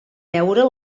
veure